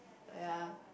ya